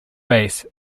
base